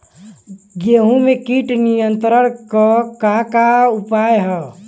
गेहूँ में कीट नियंत्रण क का का उपाय ह?